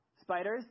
Spiders